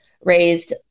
raised